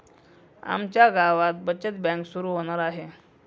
आमच्या गावात बचत बँक सुरू होणार आहे